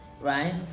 right